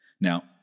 Now